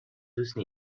دوستی